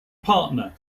partner